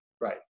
right